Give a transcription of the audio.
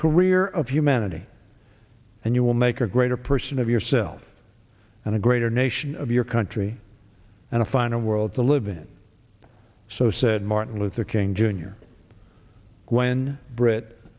career of humanity and you will make a greater person of yourself and a greater nation of your country and a fine a world to live in so said martin luther king junior when br